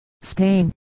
Spain